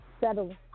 Settle